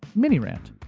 maybe rant,